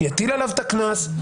יטיל עליו את הקנס,